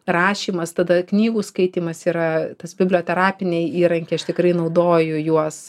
rašymas tada knygų skaitymas yra tas biblioterapiniai įrankiai aš tikrai naudoju juos